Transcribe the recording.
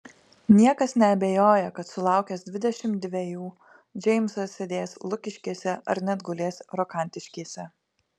niekas neabejoja kad sulaukęs dvidešimt dvejų džeimsas sėdės lukiškėse ar net gulės rokantiškėse